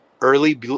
Early